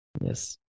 Yes